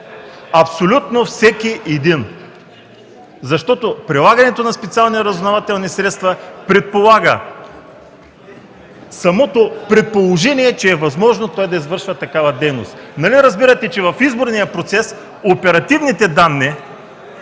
Абсолютно всеки един, защото прилагането на специални разузнавателни средства предполага самото предположение, че е възможно той да извършва такава дейност. Нали разбирате, че в изборния процес оперативните данни,